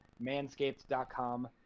manscaped.com